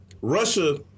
Russia